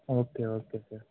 okay okay sir